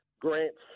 Grant's